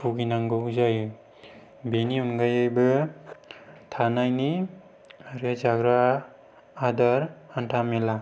भुगिनांगौ जायो बेनि अनगायैबो थानायनि आरो जाग्रा आदार हान्था मेला